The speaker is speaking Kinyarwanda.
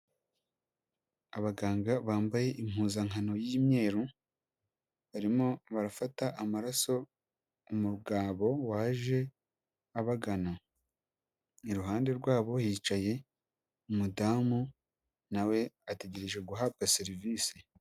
Abaganga bambaye impuzankano y'imyeru, barimo barafata amaraso umugabo waje abagana, iruhande rwabo hicaye umudamu nawe ategereje guhabwa serivisi.